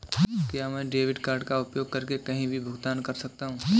क्या मैं debit card का उपयोग करके कहीं भी भुगतान कर सकता हूं?